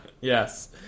Yes